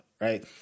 right